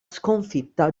sconfitta